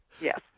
Yes